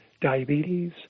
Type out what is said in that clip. Diabetes